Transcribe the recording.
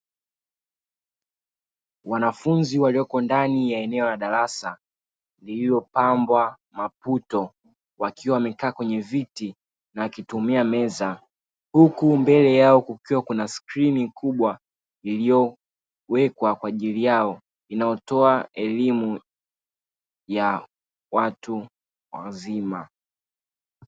Wanafunzi walioko ndani ya eneo la darasa lililopambwa maputo wakiwa wamekaa kwenye viti na akitumia meza, huku mbele yao kukiwa kuna skrini kubwa, iliyowekwa kwa ajili yao inayotoa elimu ya watu wazima.